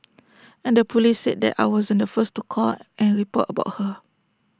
and the Police said that I wasn't the first to call and report about her